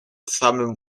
samym